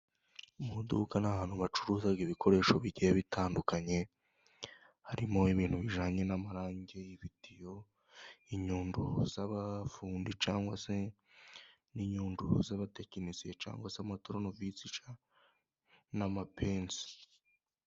Mu iduka ni ahantu hacuruzaga ibikoresho bigiye bitandukanye, harimo ibintu bijyanye n'amarange, ibitiyo, inyundo z'abafundi cyangwa se n'inyundo z'abatekinisiye cyangwa se amaturunevisi n'amapensi.